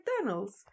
McDonald's